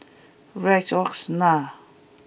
Rexona